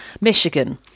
Michigan